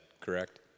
correct